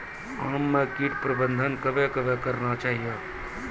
आम मे कीट प्रबंधन कबे कबे करना चाहिए?